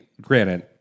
granted